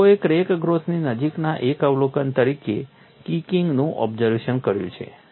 લોકોએ ક્રેક ટીપની નજીકના એક અવલોકન તરીકે કિંકિંગનું ઓબ્ઝર્વેશન કર્યું છે